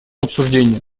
обсуждению